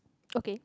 okay